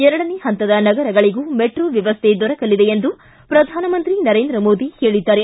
ಎರಡನೇ ಹಂತದ ನಗರಗಳಗೂ ಮೆಟ್ರೋ ವ್ಣವಸ್ಥೆ ದೊರಕಲಿದೆ ಎಂದು ಪ್ರಧಾನಮಂತ್ರಿ ನರೇಂದ್ರ ಮೋದಿ ಹೇಳಿದ್ದಾರೆ